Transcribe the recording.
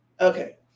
okay